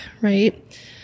Right